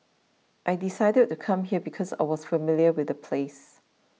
I decided to come here because I was familiar with the place